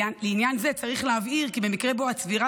לעניין זה צריך להבהיר כי במקרה שבו הצבירה